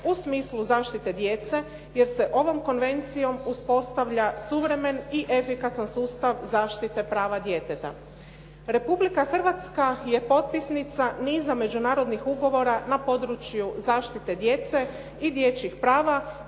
u smislu zaštite djece, jer se ovom konvencijom uspostavlja suvremen i efikasan sustav zaštite prava djeteta. Republika Hrvatska je potpisnica niza međunarodnih ugovora na području zaštite djece i dječjih prava